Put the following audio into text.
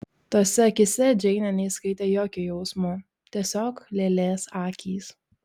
tose akyse džeinė neįskaitė jokio jausmo tiesiog lėlės akys